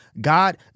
God